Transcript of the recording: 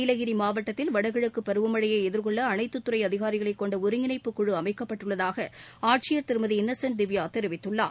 நீலகிரி மாவட்டத்தில் வடகிழக்கு பருவமழையை எதிர்கொள்ள அனைத்துத் துறை அதிகாரிகளைக் கொண்ட ஒருங்கிணைப்புக் குழு அமைக்கப்பட்டுள்ளதாக ஆட்சியர் திருமதி இன்னசென்ட் திவ்யா தெரிவித்தள்ளார்